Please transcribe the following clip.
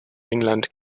england